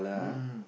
mmhmm